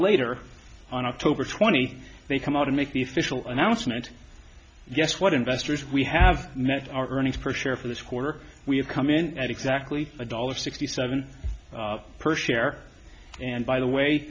later on october twenty third come out and make the fischel announcement guess what investors we have met our earnings per share for this quarter we have come in at exactly a dollar sixty seven per share and by the way